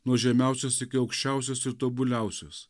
nuo žemiausios iki aukščiausios ir tobuliausios